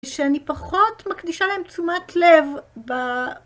שאני פחות מקדישה להם תשומת לב ב...